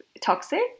toxic